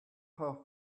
her